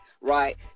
right